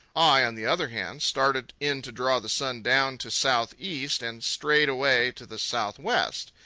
i, on the other hand, started in to draw the sun down to south-east and strayed away to the south-west.